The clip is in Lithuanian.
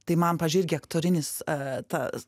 tai man pavyzdžiui aktorinis tas